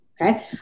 okay